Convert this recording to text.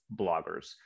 bloggers